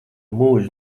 mūžu